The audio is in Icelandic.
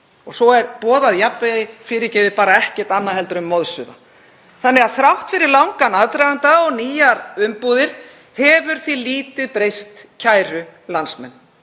Svo er boðað jafnvægi — fyrirgefið, bara ekkert annað en moðsuða. Þannig að þrátt fyrir langan aðdraganda og nýjar umbúðir hefur því lítið breyst, kæru landsmenn.